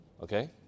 okay